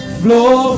flow